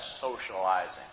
socializing